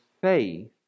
faith